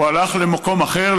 הוא הלך למקום אחר,